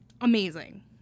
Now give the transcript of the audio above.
amazing